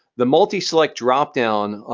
the multi-select dropdown,